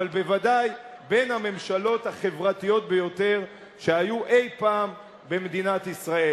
אבל בוודאי בין הממשלות החברתיות ביותר שהיו אי-פעם במדינת ישראל.